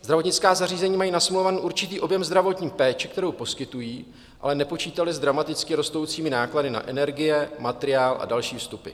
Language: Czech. Zdravotnická zařízení mají nasmlouvaný určitý objem zdravotní péče, kterou poskytují, ale nepočítala s dramaticky rostoucími náklady na energie, materiál a další vstupy.